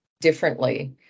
differently